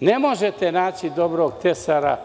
ne možete naći dobro tesara.